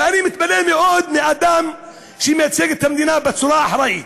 ואני מתפלא מאוד על אדם שמייצג את המדינה בצורה אחראית,